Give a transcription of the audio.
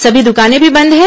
सभी दकाने भी बंद हैं